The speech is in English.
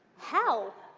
how?